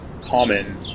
common